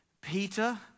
Peter